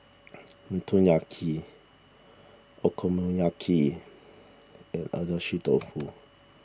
Motoyaki Okonomiyaki and Agedashi Dofu